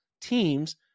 teams